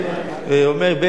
שהוא היה יושב-ראש הסוכנות,